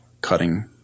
cutting